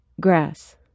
Grass